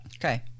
Okay